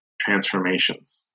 transformations